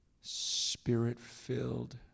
spirit-filled